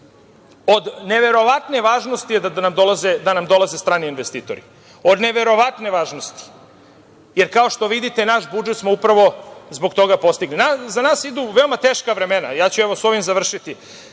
Od neverovatne je važnosti da nam dolaze strani investitori. Od neverovatne važnosti, jer, kao što vidite, naš budžet smo upravo zbog toga postigli.Za nas idu veoma teška vremena. Ja ću ovim završiti.